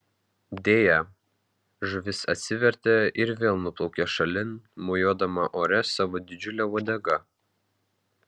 deja žuvis atsivertė ir vėl nuplaukė šalin mojuodama ore savo didžiule uodega